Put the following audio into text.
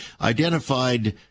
identified